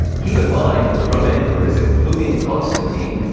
keep in mind that the roman emporers including constantine,